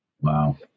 Wow